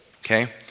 Okay